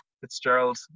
Fitzgerald